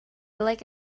like